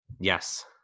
Yes